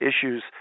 issues